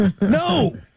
No